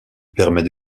permet